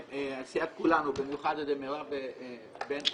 סיעת כולנו, במיוחד על-ידי מירב בן ארי,